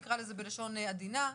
נקרא לזה בלשון עדינה.